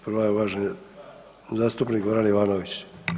Prva je uvaženi zastupnik Goran Ivanović.